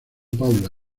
paula